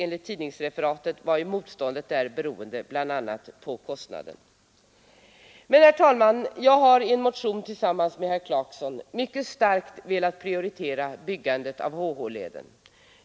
Enligt tidningsreferat var ju motståndet där beroende bl.a. på kostnaden. Herr talman! I en motion har jag tillsammans med herr Clarkson mycket starkt velat prioritera byggandet av HH-leden.